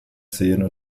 seen